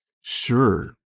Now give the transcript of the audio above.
Sure